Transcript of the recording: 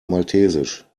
maltesisch